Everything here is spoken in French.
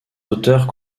auteurs